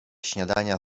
śniadania